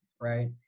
right